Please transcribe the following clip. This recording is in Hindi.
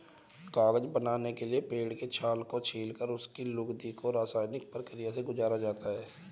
कागज बनाने के लिए पेड़ के छाल को छीलकर उसकी लुगदी को रसायनिक प्रक्रिया से गुजारा जाता है